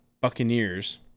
Buccaneers